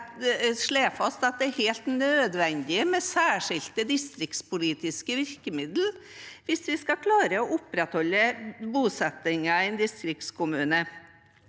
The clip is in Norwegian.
slo fast at det er helt nødvendig med særskilte distriktspolitiske virkemidler hvis vi skal klare å opprettholde bosettingen i distriktskommunene.